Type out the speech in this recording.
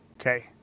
okay